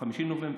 מ-5 בנובמבר.